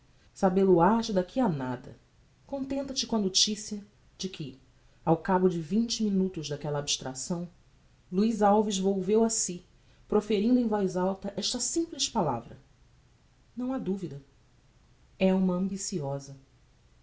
leitor sabel o has daqui a nada contenta-te com a noticia de que ao cabo de vinte minutos daquella abstracção luiz alves volveu a si proferindo em alta voz esta simples palavra não ha duvida é uma ambiciosa